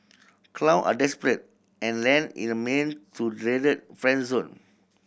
clown are desperate and land in a man to dreaded friend zone